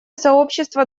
сообщество